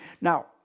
Now